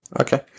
Okay